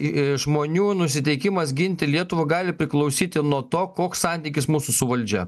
į į žmonių nusiteikimas ginti lietuvą gali priklausyti nuo to koks santykis mūsų su valdžia